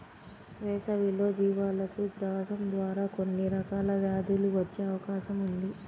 వేసవిలో జీవాలకు గ్రాసం ద్వారా కొన్ని రకాల వ్యాధులు వచ్చే అవకాశం ఉంది